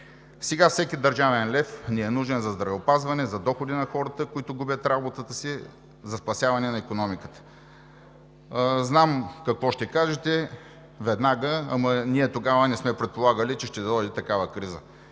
Сега всеки държавен лев ни е нужен за здравеопазване, за доходи на хората, които губят работата си, за спасяване на икономиката. Знам какво ще кажете веднага: ама ние тогава не сме предполагали, че ще дойде такава криза.